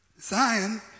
Zion